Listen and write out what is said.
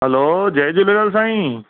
हलो जय झूलेलाल साईं